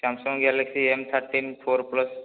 Samsung Galaxy M thirteen four plus